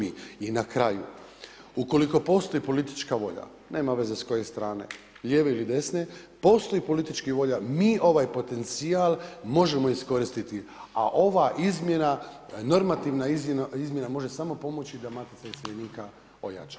I na kraju ukoliko postoji politička volja, nema veze s koje strane, lijeve ili desne, postoji politička volja, mi ovaj potencijal možemo iskoristiti, a ova izmjena, normativna izmjena može samo pomoći da matica iseljenika ojača.